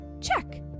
check